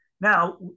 Now